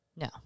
No